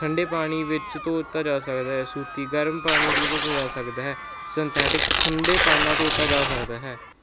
ਠੰਢੇ ਪਾਣੀ ਵਿੱਚ ਧੋਤਾ ਜਾ ਸਕਦਾ ਸੂਤੀ ਗਰਮ ਪਾਣੀ ਵਿੱਚ ਧੋਤਾ ਜਾ ਸਕਦਾ ਹੈ ਸਿੰਥੈਟਿਕ ਥੰਡੇ ਪਾਣੀ ਨਾਲ ਧੋਤਾ ਜਾ ਸਕਦਾ ਹੈ